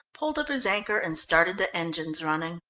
pulled up his anchor and started the engines running.